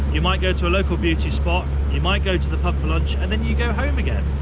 you might go to a local beauty spot you, might go to the pub for lunch, and then you go home again,